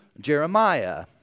Jeremiah